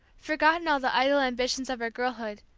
forgotten all the idle ambitions of her girlhood,